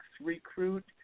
Recruit